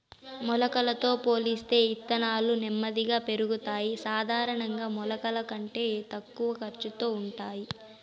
మొలకలతో పోలిస్తే ఇత్తనాలు నెమ్మదిగా పెరుగుతాయి, సాధారణంగా మొలకల కంటే తక్కువ ఖర్చుతో ఉంటాయి